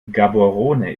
gaborone